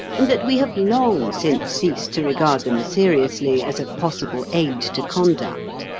and that we have long since ceased to regard them seriously as a possible aid to conduct.